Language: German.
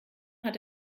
hat